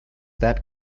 that